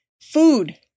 Food